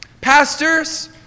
Pastors